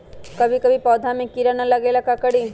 कभी भी पौधा में कीरा न लगे ये ला का करी?